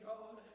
God